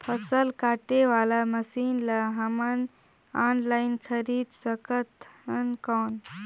फसल काटे वाला मशीन ला हमन ऑनलाइन खरीद सकथन कौन?